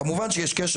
כמובן שיש קשר,